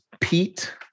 Pete